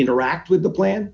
interact with the plan